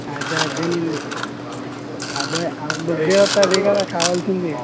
అదే అదేనండి అదే వాళ్ళకి డబ్బే వస్తుంది అదే కదా కావాల్సింది